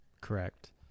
Correct